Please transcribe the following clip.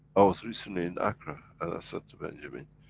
i was recently in accra, and i said to benjamin,